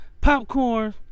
popcorn